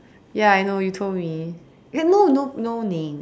ya I know you told me you have no no no name